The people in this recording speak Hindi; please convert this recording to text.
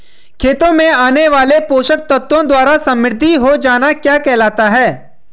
खेतों में आने वाले पोषक तत्वों द्वारा समृद्धि हो जाना क्या कहलाता है?